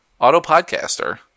Autopodcaster